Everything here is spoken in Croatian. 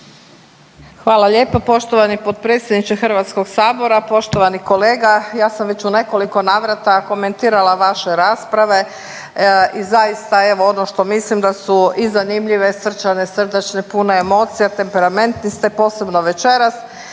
Hvala lijepo poštovani potpredsjedniče Hrvatskog sabora, poštovani kolega, ja sam već u nekoliko navrata komentirala vaše rasprave i zaista evo ono što mislim da su i zanimljive, srčane, srdačne, pune emocija, temperamentni ste posebno večeras